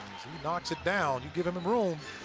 knocks it down. you give him him room.